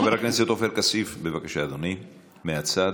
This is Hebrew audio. חבר הכנסת עופר כסיף, בבקשה, אדוני, מהצד.